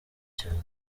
cyane